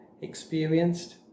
experienced